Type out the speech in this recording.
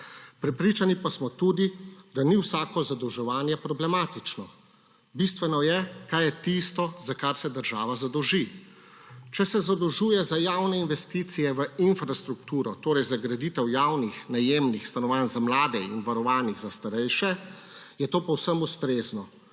Prepričani pa smo tudi, da ni vsako zadolževanje problematično. Bistveno je, kaj je tisto, za kar se država zadolži. Če se zadolžuje za javne investicije v infrastrukturo, torej za graditev javnih najemnih stanovanj za mlade in varovanih za starejše, je to povsem ustrezno.